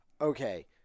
okay